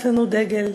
יש לנו דגל,